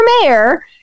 mayor